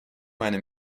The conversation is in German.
meine